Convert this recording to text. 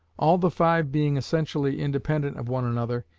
all the five being essentially independent of one another,